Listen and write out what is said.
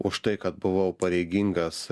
už tai kad buvau pareigingas